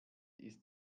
ist